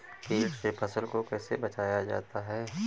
कीट से फसल को कैसे बचाया जाता हैं?